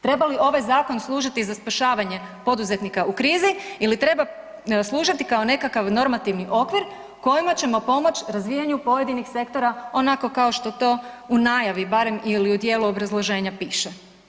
Treba li ovaj zakon služiti za spašavanje poduzetnika u krizi ili treba služiti kao nekakav normativni okvir kojima ćemo pomoć razvijanju pojedinih sektora onako kao što to u najavi barem ili u dijelu obrazloženja piše?